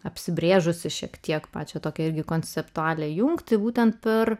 apsibrėžusi šiek tiek pačią tokią irgi konceptualią jungti būtent per